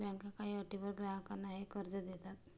बँका काही अटींवर ग्राहकांना हे कर्ज देतात